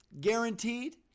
guaranteed